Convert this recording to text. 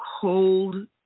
cold